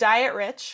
Dietrich